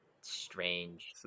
Strange